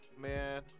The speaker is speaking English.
man